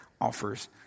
offers